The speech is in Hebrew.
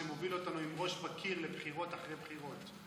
שמוביל אותנו עם ראש בקיר לבחירות אחרי בחירות.